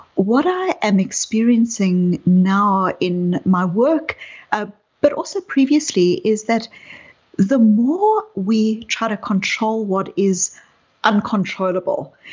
what i am experiencing now in my work ah but also previously is that the more we try to control what is uncontrollable,